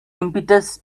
impetus